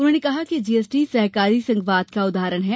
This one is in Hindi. उन्होंने कहा कि जीएसटी सहकारी संघवाद का उदाहरण है